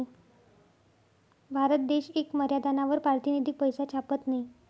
भारत देश येक मर्यादानावर पारतिनिधिक पैसा छापत नयी